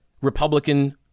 Republican